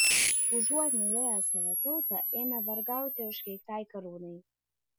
užuot mylėję savo tautą ėmė vergauti užkeiktai karūnai